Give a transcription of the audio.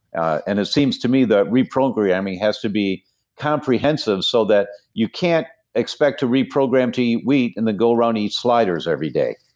and it seems to me that reprogramming has to be comprehensive so that you can't expect to reprogram to eat wheat and to go around eat sliders every day,